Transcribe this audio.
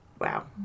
Wow